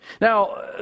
now